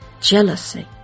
jealousy